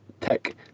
tech